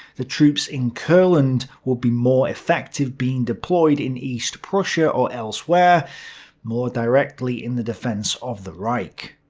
the troops in courland would be more effective being deployed in east prussia or elsewhere more directly in the defense of the reich.